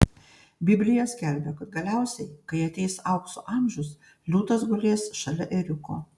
biblija skelbia kad galiausiai kai ateis aukso amžius liūtas gulės šalia ėriuko